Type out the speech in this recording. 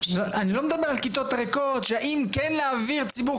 אני לא מדבר על כיתות ריקות שאם כן להעביר ציבור